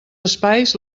espais